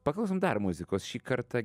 paklausom dar muzikos šį kartą